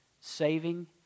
saving